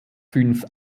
fünf